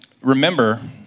remember